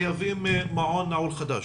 חייבים מעון נעול חדש.